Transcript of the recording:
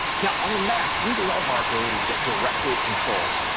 now, on the mac, we love our ability to get directly at controls,